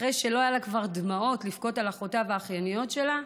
אחרי שלא היו לה כבר דמעות לבכות על אחותה ועל אחייניות שלה,